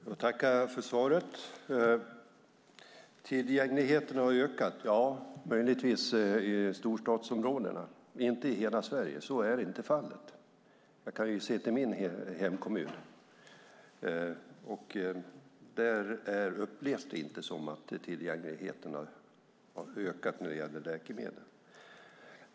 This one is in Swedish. Herr talman! Jag tackar för svaret. Tillgängligheten har möjligtvis ökat i storstadsområdena, inte i hela Sverige. Så är inte fallet. Jag kan se till min hemkommun. Där upplevs det inte som att tillgängligheten har ökat när det gäller läkemedel.